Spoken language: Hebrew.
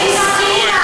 היא הסכימה.